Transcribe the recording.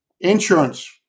insurance